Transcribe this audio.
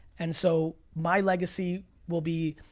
and so my legacy will be,